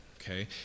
okay